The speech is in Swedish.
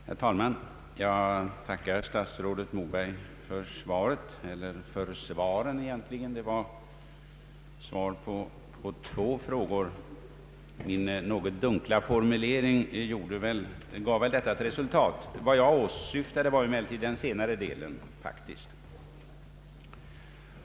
Herr talman! Jag tackar statsrådet Moberg för svaret eller för svaren, eftersom det var svar på två frågor. Min något dunkla formulering har väl givit detta resultat. Vad jag har åsyftat var emellertid den senare delen av svaret.